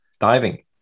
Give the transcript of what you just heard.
diving